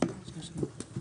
הישיבה נעולה.